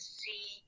see